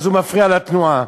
אז הוא מפריע לתנועה.